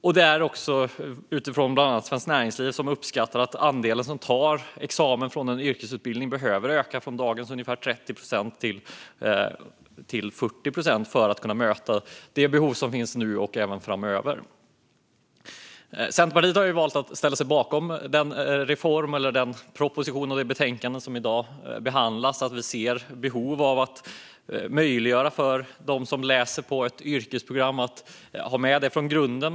Svenskt Näringsliv bland andra uppskattar att andelen som tar examen från en yrkesutbildning behöver öka från dagens ungefär 30 procent till 40 procent för att man ska kunna möta det behov som finns nu och även framöver. Centerpartiet har valt att ställa sig bakom reformen i propositionen och betänkandet som behandlas i dag. Vi ser ett behov av att möjliggöra för dem som läser på ett yrkesprogram att ha med det här från grunden.